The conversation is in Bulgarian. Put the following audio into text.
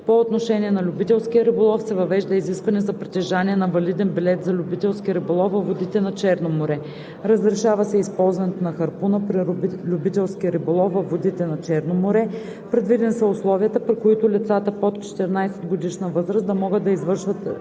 По отношение на любителския риболов се въвежда изискване за притежание на валиден билет за любителски риболов във водите на Черно море. Разрешава се използването на харпуна при любителски риболов във водите на Черно море. Предвидени са условията, при които лицата под 14-годишна възраст могат да извършват любителски